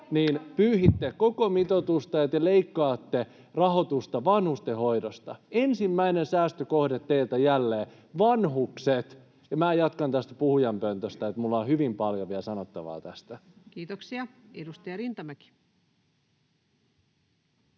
pyyhitte koko mitoitusta ja te leikkaatte rahoitusta vanhustenhoidosta. Ensimmäinen säästökohde teiltä jälleen: vanhukset. — Minä jatkan tästä puhujapöntöstä. Minulla on hyvin paljon vielä sanottavaa tästä. [Speech 209] Speaker: